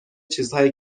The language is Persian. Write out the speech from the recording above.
چیزهایی